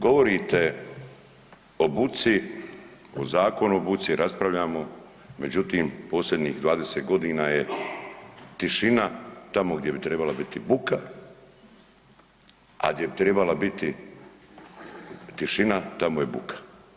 Govorite o buci, o zakonu o buci, raspravljamo međutim posljednjih 20 godina je tišina tamo gdje bi trebala biti buka, a gdje bi trebala biti tišina tamo je buka.